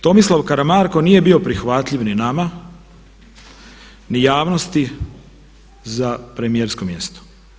Tomislav Karamarko nije bio prihvatljiv ni nama, ni javnosti za premijersko mjesto.